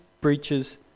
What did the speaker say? breaches